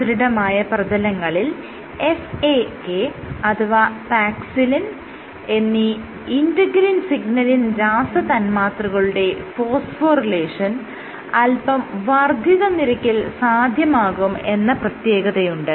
സുദൃഢമായ പ്രതലങ്ങളിൽ FAK അഥവാ പാക്സിലിൻ എന്നീ ഇന്റെഗ്രിൻ സിഗ്നലിങ് രാസതന്മാത്രകളുടെ ഫോസ്ഫോറിലേഷൻ അല്പം വർദ്ധിത നിരക്കിൽ സാധ്യമാകും എന്ന പ്രത്യേകതയുണ്ട്